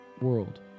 world